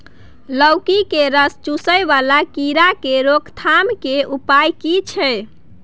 लौकी के रस चुसय वाला कीरा की रोकथाम के उपाय की छै?